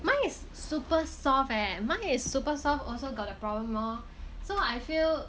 mine is super soft eh mine is super soft also got a problem lor so I feel